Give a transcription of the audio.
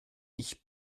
ich